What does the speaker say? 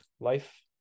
life